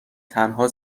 تنها